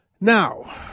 Now